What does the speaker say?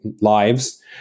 lives